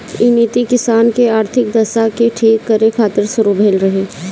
इ नीति किसान के आर्थिक दशा के ठीक करे खातिर शुरू भइल रहे